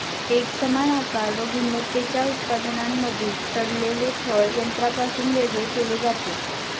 एकसमान आकार व गुणवत्तेच्या उत्पादनांमधील सडलेले फळ यंत्रापासून वेगळे केले जाते